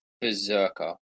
Berserker